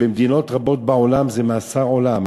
במדינות רבות בעולם זה מאסר עולם,